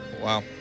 Wow